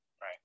Right